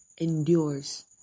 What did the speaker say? endures